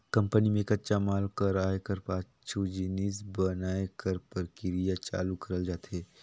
company में कच्चा माल कर आए कर पाछू जिनिस बनाए कर परकिरिया चालू करल जाथे